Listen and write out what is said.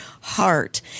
heart